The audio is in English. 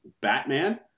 batman